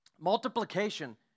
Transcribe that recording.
multiplication